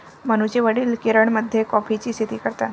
मनूचे वडील केरळमध्ये कॉफीची शेती करतात